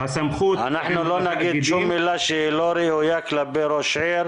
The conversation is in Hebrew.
אנחנו לא נגיד שום מילה שהיא לא ראויה כלפי ראש עיר,